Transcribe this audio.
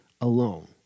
alone